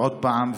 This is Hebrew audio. ועוד פעם,